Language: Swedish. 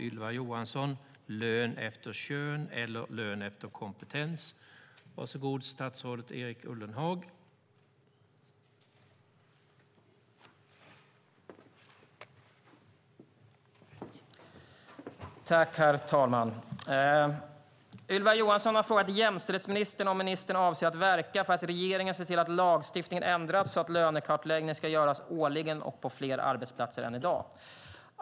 Ylva Johansson har frågat jämställdhetsministern om ministern avser att verka för att regeringen ser till att lagstiftningen ändras så att lönekartläggning ska göras årligen och på fler arbetsplatser än i dag.